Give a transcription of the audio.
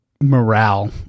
morale